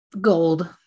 gold